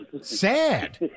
sad